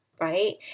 right